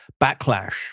backlash